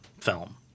film